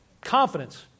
confidence